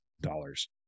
dollars